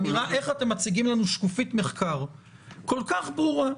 איך אתם מציגים לנו שקופית מחקר כל כך ברורה,